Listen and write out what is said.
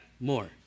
more